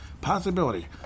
Possibility